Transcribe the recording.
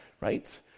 right